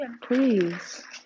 please